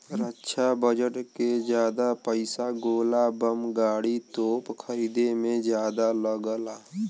रक्षा budget के जादा पइसा गोला बम गाड़ी, तोप खरीदे में जादा लगला